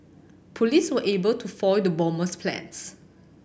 police were able to foil the bomber's plans